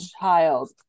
child